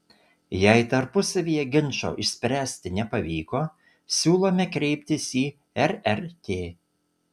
jei tarpusavyje ginčo išspręsti nepavyko siūlome kreiptis į rrt